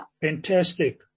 fantastic